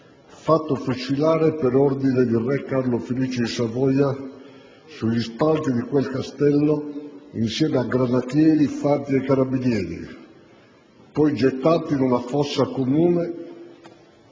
fatto fucilare, per ordine di re Carlo Felice di Savoia, sugli spalti di quel castello insieme a granatieri, fanti e carabinieri, poi gettati in una fossa comune